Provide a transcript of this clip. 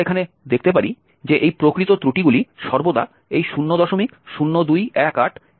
এবং আমরা এখানে দেখতে পারি যে এই প্রকৃত ত্রুটিগুলি সর্বদা এই 00218 এর চেয়ে কম